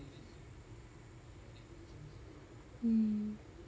mm